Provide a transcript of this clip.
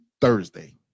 Thursday